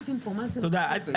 תודה.